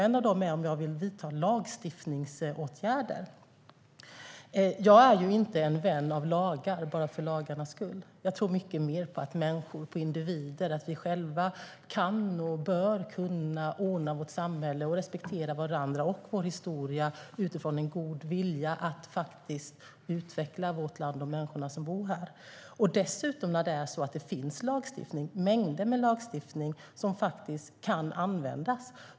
En av dem gäller om jag vill vidta lagstiftningsåtgärder. Jag är inte en vän av lagar bara för lagarnas skull. Jag tror mycket mer på människor, individer, och att vi själva kan och bör ordna vårt samhälle, respektera varandra och vår historia och utifrån en god vilja utveckla vårt land och de människor som bor här. Det finns dessutom lagstiftning, mängder med lagstiftning, som kan användas.